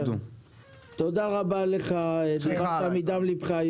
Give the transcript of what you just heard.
תודה רבה לך, דיברת מדם ליבך.